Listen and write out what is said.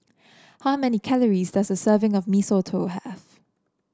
how many calories does a serving of Mee Soto have